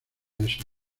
ese